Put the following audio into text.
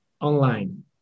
Online